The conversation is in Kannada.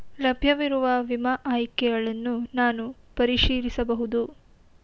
ಲಭ್ಯವಿರುವ ವಿಮಾ ಆಯ್ಕೆಗಳನ್ನು ನಾನು ಹೇಗೆ ಪರಿಶೀಲಿಸಬಹುದು?